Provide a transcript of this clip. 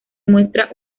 muestra